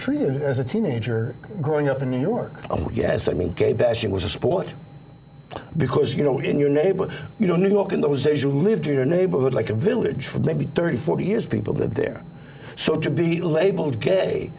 treated as a teenager growing up in new york yes i mean gay bashing was a sport because you know in your neighborhood you know new york in those years you lived in a neighborhood like a village for maybe thirty forty years people that there so to be labeled k